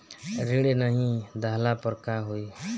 ऋण नही दहला पर का होइ?